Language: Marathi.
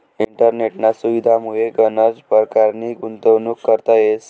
इंटरनेटना सुविधामुये गनच परकारनी गुंतवणूक करता येस